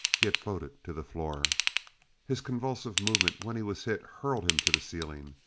he had floated to the floor his convulsive movement when he was hit hurled him to the ceiling.